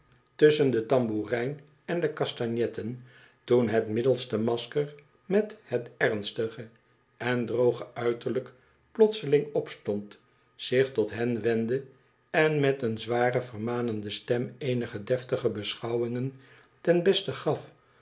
handel drijft tamboerijn en de castagnetten toen het middelste masker met het ernstige en droge uiterlijk plotseling opstond zich tot hen wendde en met een zware vermanende stem eenige deftige beschouwingen ten beste gaf